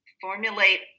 formulate